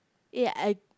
eh I